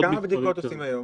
כמה בדיקות עושים היום?